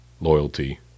loyalty